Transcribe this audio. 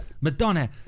madonna